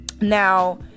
Now